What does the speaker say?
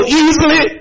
easily